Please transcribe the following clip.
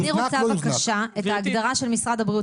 אני רוצה בבקשה את ההגדרה של משרד הבריאות